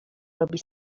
robi